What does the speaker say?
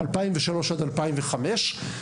מהשנים -2005-2003,